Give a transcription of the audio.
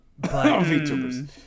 VTubers